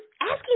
asking